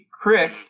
crick